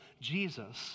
Jesus